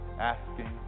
asking